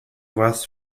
was